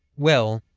well,